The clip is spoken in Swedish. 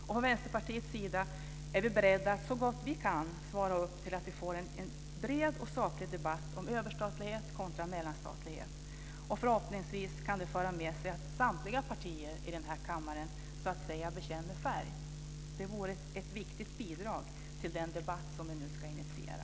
Och från Vänsterpartiets sida är vi beredda att så gott vi kan se till att vi får en bred och saklig debatt om överstatlighet kontra mellanstatlighet. Förhoppningsvis kan det föra med sig att samtliga partier i denna kammare så att säga bekänner färg. Det vore ett viktigt bidrag till den debatt som vi nu ska initiera.